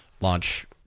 launch